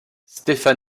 stefan